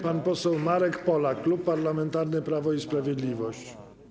Pan poseł Marek Polak, Klub Parlamentarny Prawo i Sprawiedliwość.